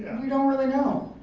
we don't really know.